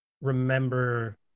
remember